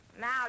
Now